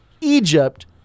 Egypt